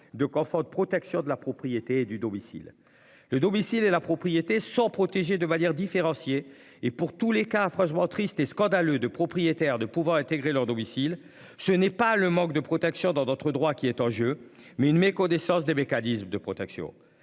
de confort, de protection de la propriété du domicile le domicile et la propriété sans protéger de va dire différencier et pour tous les cas affreusement triste et scandaleux de propriétaires de pouvoir intégrer leur domicile, ce n'est pas le manque de protection dans notre droit qui est en jeu mais une méconnaissance des mécanismes de protection.